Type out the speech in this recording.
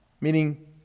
meaning